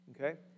okay